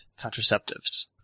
contraceptives